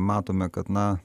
matome kad na